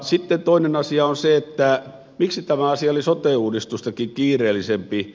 sitten toinen asia on se miksi tämä asia oli sote uudistustakin kiireellisempi